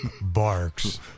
barks